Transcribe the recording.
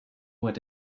what